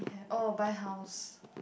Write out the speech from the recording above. oh by house